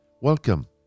Welcome